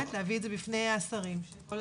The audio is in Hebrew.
להביא את זה בפני השרים, כל אחד בתחומו.